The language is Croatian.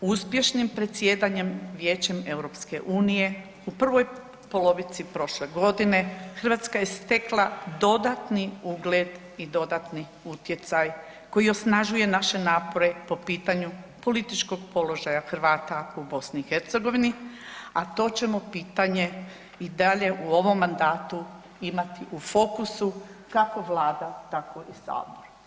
Uspješnim predsjedanjem Vijećem EU u prvoj polovici prošle godine Hrvatska je stekla dodatni ugled i dodatni utjecaj koji osnažuje naše napore po pitanju političkog položaja Hrvata u BiH, a to ćemo pitanje i dalje u ovom mandatu imati u fokusu kako Vlada tako i Sabor.